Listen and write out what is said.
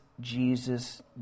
Jesus